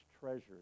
treasures